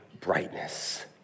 brightness